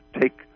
take